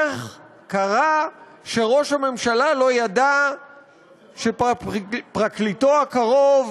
איך קרה שראש הממשלה לא ידע שפרקליטו הקרוב